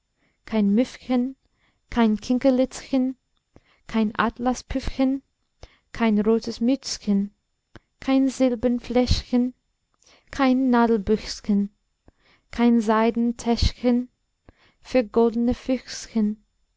kein müffchen kein kinkerlitzchen kein atlaspüffchen kein rotes mützchen kein silbern fläschchen kein nadelbüchschen kein seiden täschchen für